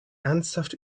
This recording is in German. ernsthaft